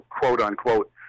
quote-unquote